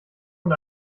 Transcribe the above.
und